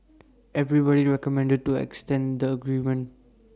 everybody recommended to extend the agreement